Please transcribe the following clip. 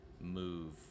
move